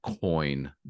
coin